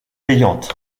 payante